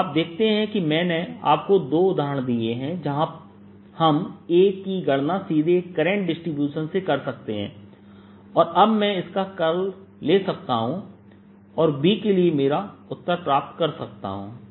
तो आप देखते हैं कि मैंने आपको दो उदाहरण दिए हैं जहां हम A की गणना सीधे एक करंट डिस्ट्रीब्यूशन से कर सकते हैं और अब मैं इसका कर्ल ले सकता हूं और B के लिए मेरा उत्तर प्राप्त कर सकता हूं